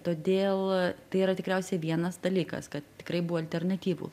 todėl tai yra tikriausiai vienas dalykas kad tikrai buvo alternatyvų